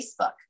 Facebook